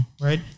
Right